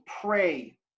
pray